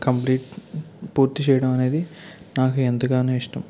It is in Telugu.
కంప్లీట్ పూర్తి చేయడమనేది నాకు ఎంతగానో ఇష్టం